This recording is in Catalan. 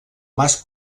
mas